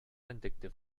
addictive